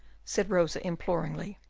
said rosa, imploringly.